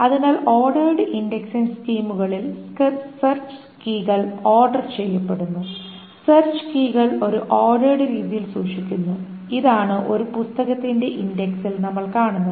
അതിനാൽ ordered indexing സ്കീമുകളിൽ search കീകൾ ഓർഡർ ചെയ്യപ്പെടുന്നു സെർച്ച് കീകൾ ഒരു ഓർഡേർഡ് രീതിയിൽ സൂക്ഷിക്കുന്നു ഇതാണ് ഒരു പുസ്തകത്തിന്റെ ഇൻഡെക്സിൽ നമ്മൾ കാണുന്നത്